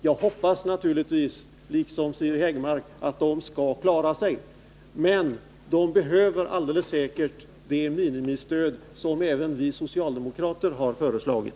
Jag hoppas naturligtvis, liksom Siri Häggmark, att de skall klara sig. Men de behöver alldeles säkert det minimistöd som vi socialdemokrater har föreslagit.